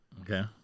Okay